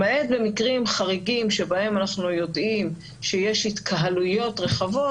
למעט במקרים חריגים שבהם אנחנו יודעים שיש התקהלויות רחבות,